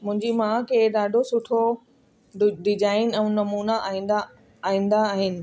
मुंहिंजी माउ खे ॾाढो सुठो डि डिजाइन ऐं नमूना ईंदा आईंदा आहिनि